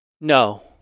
No